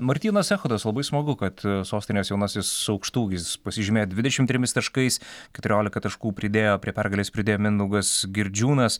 martynas echodas labai smagu kad sostinės jaunasis aukštaūgis pasižymėjo dvidešim trimis taškais keturiolika taškų pridėjo prie pergalės pridėjo mindaugas girdžiūnas